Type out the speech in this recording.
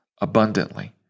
abundantly